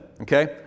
Okay